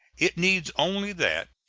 it needs only that,